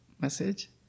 message